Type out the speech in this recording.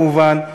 כמובן,